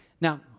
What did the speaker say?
Now